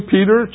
Peter